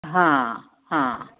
हां हां